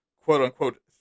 quote-unquote